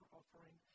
offering